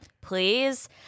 please